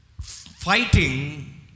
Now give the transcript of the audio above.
fighting